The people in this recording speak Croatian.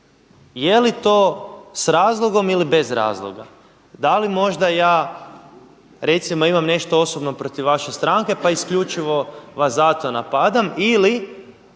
jeli to s razlogom ili bez razloga, da li možda ja recimo imam nešto osobno protiv vaše stranke pa isključivo vas zato napadam ili